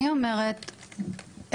אני אומרת,